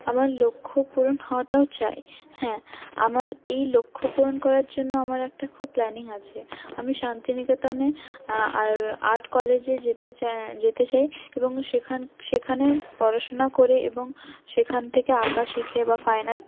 আমার লক্ষ্য পূরণ হওয়াটাও চাই হ্যাঁ আমার এই লক্ষ্য পূরণ করার জন্য আমার একটা খুব প্ল্যানিং আছে আমি শান্তিনিকেতনে আর আর্ট কলেজে যেতে চা যেতে চাই এবং সেখান সেখানেও পড়াশুনা করে এবং সেখান থেকে আঁকা শিখে বা ফাইন আর্ট